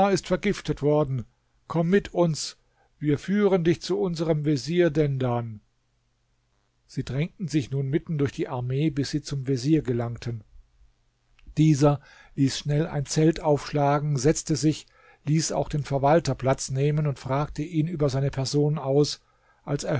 ist vergiftet worden komm mit uns wir führen dich zu unserm vezier dendan sie drängten sich nun mitten durch die armee bis sie zum vezier gelangten dieser ließ schnell ein zelt aufschlagen setzte sich ließ auch den verwalter platz nehmen und fragte ihn über seine person aus als